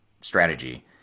strategy